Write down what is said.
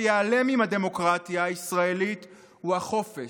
שייעלם עם הדמוקרטיה הישראלית הוא החופש,